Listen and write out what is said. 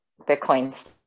Bitcoin